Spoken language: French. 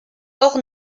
hors